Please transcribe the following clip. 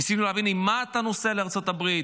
ניסינו להבין עם מה אתה נוסע לארצות הברית,